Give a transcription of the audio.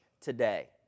today